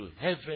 heaven